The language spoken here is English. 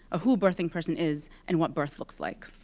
who birthing person is, and what birth looks like.